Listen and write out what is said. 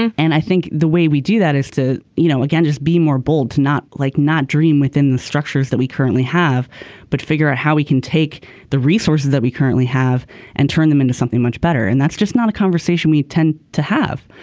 and i think the way we do that is to you know again just be more bold not like not dream within the structures that we currently have but figure out how we can take the resources that we currently have and turn them into something much better and that's just not a conversation we tend to have.